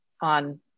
on